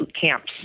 camps